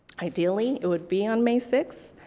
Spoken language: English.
ideally, it would be on may sixth,